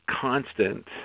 constant